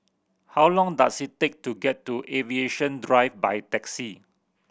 how long does it take to get to Aviation Drive by taxi